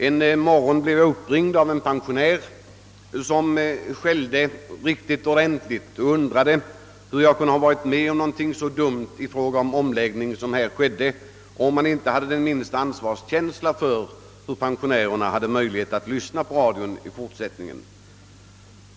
En morgon blev jag uppringd av en pensionär som skällde riktigt ordentligt och undrade hur jag kunde ha varit med om någonting så dumt som denna omläggning och om jag inte hade den minsta ansvarskänsla för hur pensionärerna skall kunna lyssna på radio i fortsättningen.